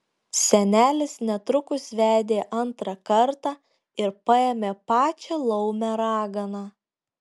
senelis netrukus vedė antrą kartą ir paėmė pačią laumę raganą